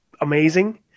amazing